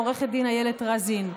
עו"ד איילת רזין.